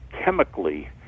chemically